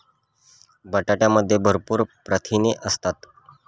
बटाट्यामध्ये भरपूर प्रथिने असतात